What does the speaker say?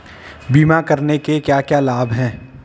बीमा करने के क्या क्या लाभ हैं?